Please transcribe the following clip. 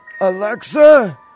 Alexa